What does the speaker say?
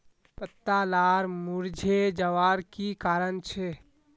पत्ता लार मुरझे जवार की कारण छे?